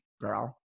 girl